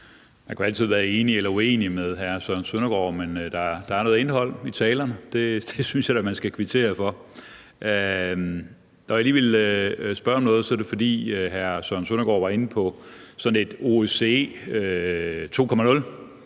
Man kan jo altid være enig eller uenig med hr. Søren Søndergaard, men der er noget indhold i talerne, og det synes jeg da man skal kvittere for. Når jeg lige ville spørge om noget, var det, fordi hr. Søren Søndergaard var inde på sådan et OSCE 2.0,